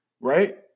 right